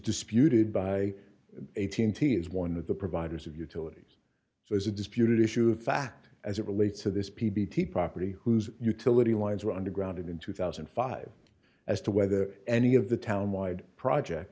disputed by eighteen teams one of the providers of utilities so is a disputed issue of fact as it relates to this p b t property whose utility lines were underground in two thousand and five as to whether any of the town wide project